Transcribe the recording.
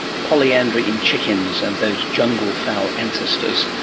polyandry in chickens and those jungle fowl ancestors.